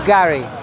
Gary